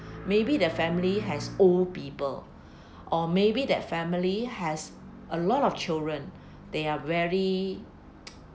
maybe the family has old people or maybe that family has a lot of children they are very